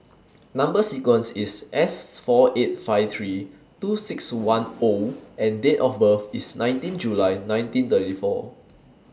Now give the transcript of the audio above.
Number sequence IS S four eight five three two six one O and Date of birth IS nineteen July nineteen thirty four